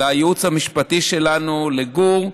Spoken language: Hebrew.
לייעוץ המשפטי שלנו, לגור,